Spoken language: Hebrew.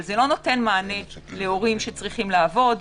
אבל זה לא נותן מענה להורים שצריכים לעבוד.